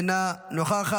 אינה נוכחת.